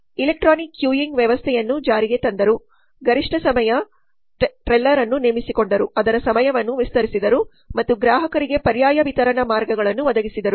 electronic queuing ವ್ಯವಸ್ಥೆಯನ್ನು ಜಾರಿಗೆ ತಂದರು ಗರಿಷ್ಠ ಸಮಯ ಟೆಲ್ಲರ್ರನ್ನು ನೇಮಿಸಿಕೊಂಡರು ಅದರ ಸಮಯವನ್ನು ವಿಸ್ತರಿಸಿದರು ಮತ್ತು ಗ್ರಾಹಕರಿಗೆ ಪರ್ಯಾಯ ವಿತರಣಾ ಮಾರ್ಗಗಳನ್ನು ಒದಗಿಸಿದರು